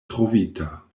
trovita